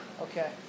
Okay